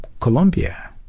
Colombia